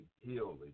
healing